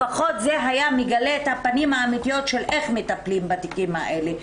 לפחות זה היה מגלה את הפנים האמיתיות של איך מטפלים בתיקים האלה.